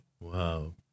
Wow